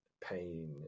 pain